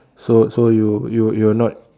so so you you were not